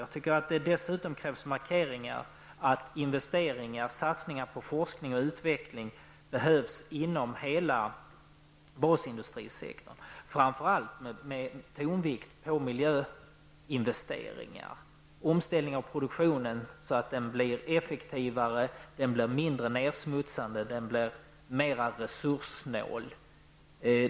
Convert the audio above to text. Jag tycker också att det krävs markeringar om att investeringar, satsningar på forskning och utveckling behöver göras inom hela basindustrisektorn -- framför allt med tonvikt på miljöinvesteringar och en omställning av produktionen, så att denna blir effektivare, mindre nedsmutsande och mera resurssnål.